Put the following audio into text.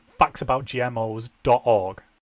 factsaboutgmos.org